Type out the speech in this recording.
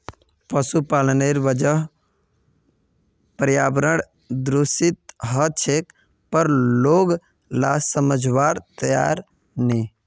पशुपालनेर वजह पर्यावरण दूषित ह छेक पर लोग ला समझवार तैयार नी